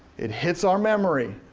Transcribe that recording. it hits our memory.